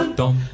dum